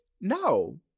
No